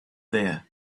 there